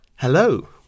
Hello